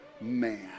man